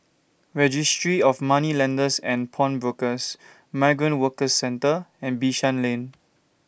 Registry of Moneylenders and Pawnbrokers Migrant Workers Centre and Bishan Lane